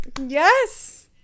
Yes